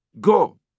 Go